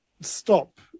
stop